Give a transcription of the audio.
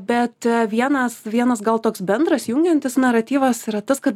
bet vienas vienas gal toks bendras jungiantis naratyvas yra tas kad